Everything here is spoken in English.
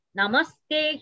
Namaste